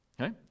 okay